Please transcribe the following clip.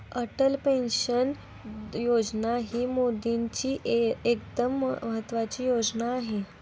Atal pension योजना ही मोदीजींची एकदम महत्त्वाची योजना आहे